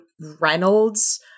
Reynolds